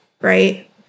Right